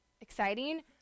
exciting